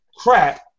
crap